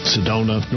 Sedona